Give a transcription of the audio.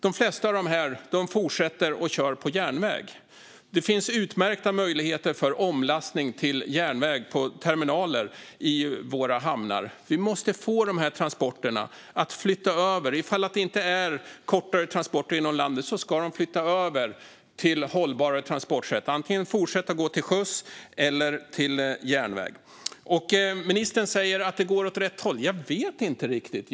De flesta av dessa fortsätter med att köra på väg. Det finns utmärkta möjligheter för omlastning till järnväg på terminaler i våra hamnar. Vi måste få dessa transporter att flytta över - om det inte är kortare transporter inom landet ska de flytta över till hållbarare transportsätt. De ska antingen fortsätta att gå till sjöss eller flytta över till järnväg. Ministern säger att det går åt rätt håll, men jag vet inte riktigt.